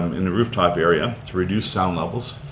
um in the rooftop area to reduce sound levels.